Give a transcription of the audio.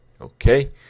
Okay